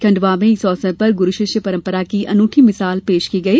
खंडवा में इस अवसर पर ग्रूर शिष्य पंरपरा की अनूठी मिशाल पेश की गई